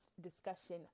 discussion